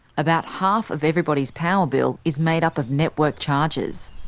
about half of everybody's power bill is made up of network charges.